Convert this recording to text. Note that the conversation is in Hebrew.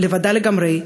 לבדה לגמרי,